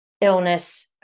illness